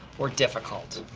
or difficult,